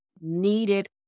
needed